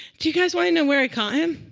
do you guys want to know where i caught him?